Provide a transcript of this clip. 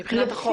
מבחינת החוק.